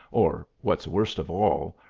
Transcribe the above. or, what's worst of all,